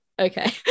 okay